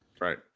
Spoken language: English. right